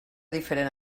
diferent